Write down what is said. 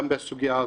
גם בסוגיה הזאת.